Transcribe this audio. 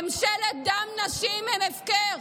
ממשלת דם נשים הוא הפקר,